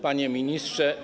Panie Ministrze!